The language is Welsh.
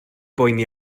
boeni